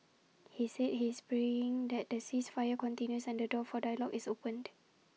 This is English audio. he said he is praying that the ceasefire continues and the door for dialogue is opened